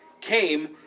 came